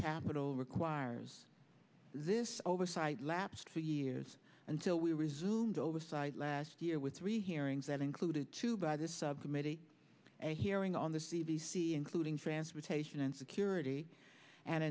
capital requires this oversight lapsed for years until we resumed oversight last year with three hearings that included two by this subcommittee a hearing on the c b c including transportation and security and